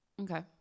Okay